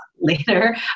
later